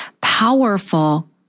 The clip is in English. powerful